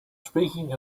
speaking